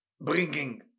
bringing